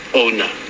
owner